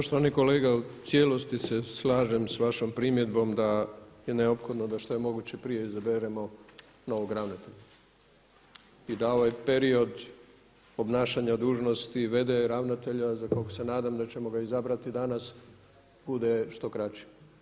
Poštovani kolega u cijelosti se slažem s vašom primjedbom da je neophodno da što je moguće prije izaberemo novog ravnatelja i da ovaj period obnašanja dužnosti VD ravnatelja za kog se nadam da ćemo ga izabrati danas bude što kraći.